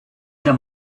the